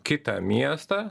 kitą miestą